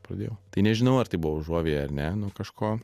pradėjau tai nežinau ar tai buvo užuovėja ar ne nuo kažko